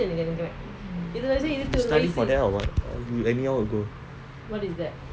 you study for that or you anyhow go